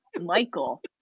Michael